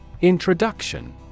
Introduction